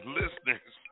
listeners